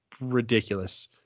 ridiculous